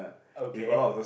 okay